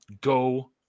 Go